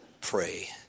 pray